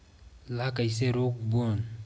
ला कइसे रोक बोन?